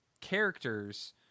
characters